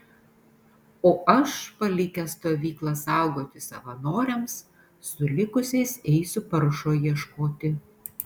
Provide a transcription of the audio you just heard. o aš palikęs stovyklą saugoti savanoriams su likusiais eisiu paršo ieškoti